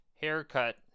haircut